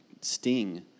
sting